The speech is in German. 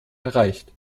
erreicht